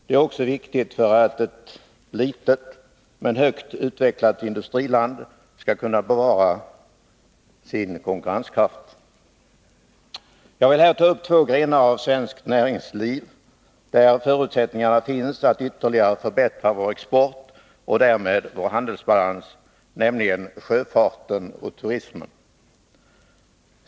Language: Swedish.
Det är också viktigt för att ett litet men högt utvecklat industriländ skall kunna bevara sin konkurrenskraft. Jag vill här ta upp två grenar av svenskt näringsliv där förutsättningar finns att ytterligare förbättra vår export och därmed vår handelsbalans, nämligen sjöfarten och turismen.